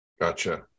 Gotcha